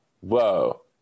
whoa